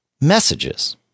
messages